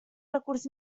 recurs